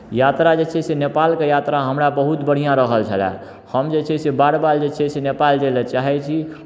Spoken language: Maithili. यात्रा जे छै से नेपालके यात्रा हमरा बहुत बढ़िआँ रहल छलय हम जे छै से बार बार जे छै से नेपाल जाय लेल चाहै छी